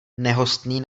nehostný